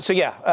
so yeah.